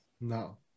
No